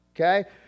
okay